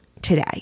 today